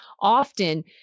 often